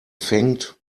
fängt